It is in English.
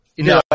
No